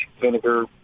vinegar